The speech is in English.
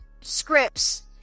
scripts